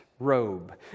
robe